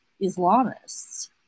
Islamists